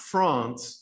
France